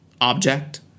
object